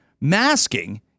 masking